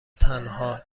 تنها